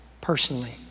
personally